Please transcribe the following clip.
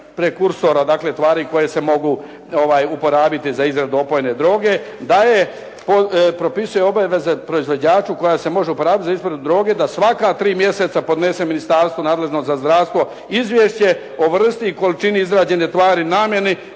prekursora koji se mogu uporabiti za izradu opojne droge, da je propisuje obaveze proizvođaču koja se može uporabiti za izradu droge, da svaka tri mjeseca podnese ministarstvu nadležnom za zdravstvo izvješće o vrsti i količini izrađene tvari, namjeni,